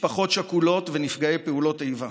משפחות שכולות ונפגעי פעולות איבה.